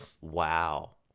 Wow